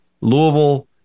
Louisville